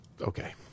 Okay